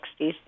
60s